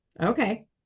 Okay